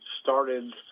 started